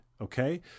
okay